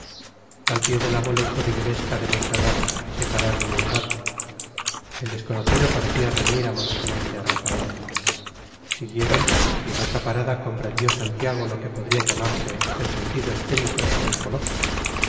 al pie de la mole churrigueresca de montserrat se pararon un rato el desconocido parecía reñir amorosamente a rafaela siguieron y en otra parada comprendió santiago lo que podría llamarse el sentido escénico de aquel coloquio